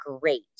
great